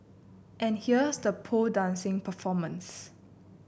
and here's the pole dancing performance